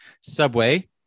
Subway